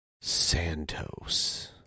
Santos